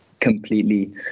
completely